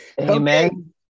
Amen